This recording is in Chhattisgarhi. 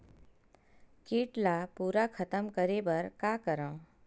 कीट ला पूरा खतम करे बर का करवं?